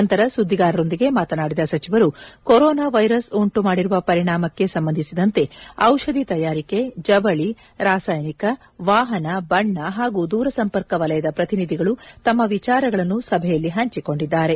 ನಂತರ ಸುದ್ಗಿಗಾರರೊಂದಿಗೆ ಮಾತನಾದಿದ ಸಚಿವರು ಕೊರೋನಾ ವೈರಸ್ ಉಂಟು ಮಾದಿರುವ ಪರಿಣಾಮಕ್ಕೆ ಸಂಬಂಧಿಸಿದಂತೆ ಔಷಧಿ ತಯಾರಿಕೆ ಜವಳಿ ರಸಾಯನಿಕ ವಾಹನ ಬಣ್ಣ ಹಾಗೂ ದೂರ ಸಂಪರ್ಕ ವಲಯದ ಪ್ರತಿನಿಧಿಗಳು ತಮ್ಮ ವಿಚಾರಗಳನ್ನು ಸಭೆಯಲ್ಲಿ ಹಂಚಿಕೊಂಡಿದ್ದಾರೆ